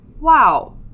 wow